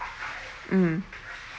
mm